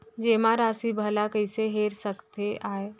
जेमा राशि भला कइसे हेर सकते आय?